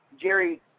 Jerry